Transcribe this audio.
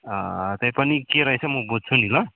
तैपनि के रहेछ म बुझ्छु नि ल